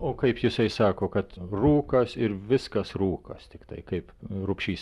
o kaip jisai sako kad rūkas ir viskas rūkas tiktai kaip rupšys